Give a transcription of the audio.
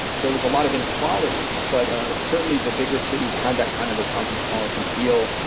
there was a lot of inequalities but ah certainly the bigger cities had that kind of a cosmopolitan feel,